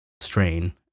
strain